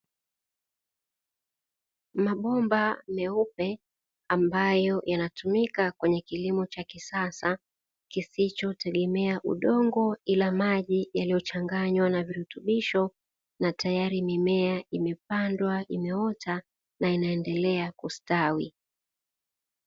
Mabomba meupe, ambayo yanatumika kwenye kilimo cha kisasa kisichotegemea udongo, ila maji yaliyochanganywa na virutubisho, na tayari mimea imepandwa, imeota na inaendelea kustawi.